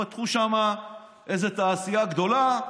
פתחו שמה איזה תעשייה גדולה,